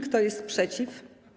Kto jest przeciw?